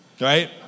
Right